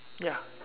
ya